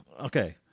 Okay